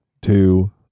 two